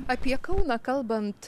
apie kauną kalbant